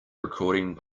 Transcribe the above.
recording